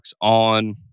on